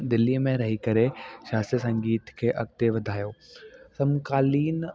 दिल्लीअ में रही करे शास्त्रीअ संगीत खे अॻिते वधायो समकालीन